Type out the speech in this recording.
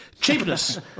cheapness